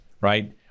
Right